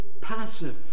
passive